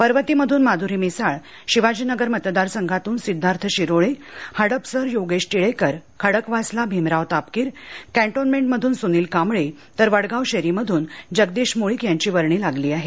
पर्वतीमधून माधुरी मिसाळ शिवाजीनगर मतदार संघातून सिद्धार्थ शिरोळे हडपसर योगेश टिळेकर खडकवासला भीमराव तापकीर कँटोनमेंट सुनील कांबळे तर वडगाव शेरी मध्रन जगदीश मुळीक यांची वर्णी लागली आहे